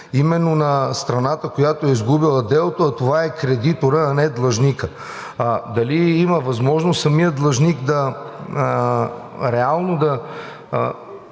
именно на страната, която е изгубила делото, а това е кредиторът, а не длъжникът. А дали има възможност самият длъжник реално да